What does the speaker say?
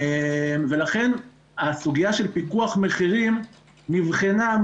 ולכן הסוגייה של פיקוח מחירים נבחנה על